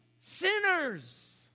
sinners